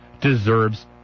deserves